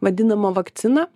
vadinama vakcina